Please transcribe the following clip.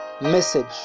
message